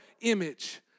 image